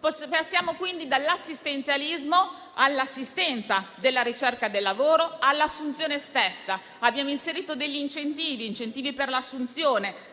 Passiamo quindi dall'assistenzialismo all'assistenza della ricerca del lavoro e all'assunzione stessa. Abbiamo inserito degli incentivi per l'assunzione